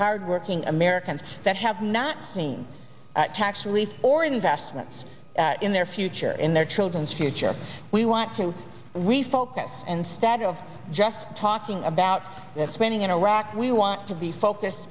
hardworking americans that have not seen tax relief or investments in their future in their children's future we want to refocus instead of just talking about that spending in iraq we want to be focused